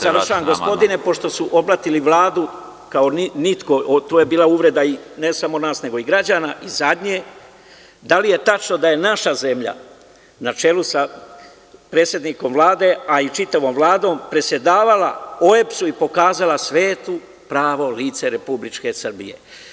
Završavam gospodine, pošto su oblatili Vladu kao niko, to je bila uvreda, ne samo nas, nego i građana i zadnje, da li je tačno da je naša zemlja na čelu sa predsednikom Vlade, a i čitavom Vladom predsedavala OEBS-u i pokazala svetu pravo lice republičke Srbije?